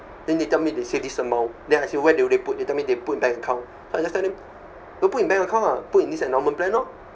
then they tell me they save this amount then I say where do they put it they tell me they put bank account so I just tell them don't put in bank account ah put in this endowment plan lor